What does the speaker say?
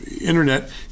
Internet